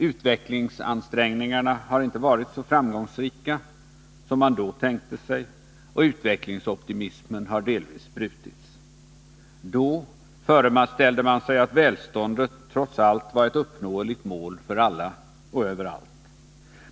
Utvecklingsansträngningarna har inte varit så framgångsrika som man då tänkte sig, och utvecklingsoptimismen har delvis brutits. Då föreställde man sig att välståndet trots allt var ett uppnåeligt mål för alla och överallt.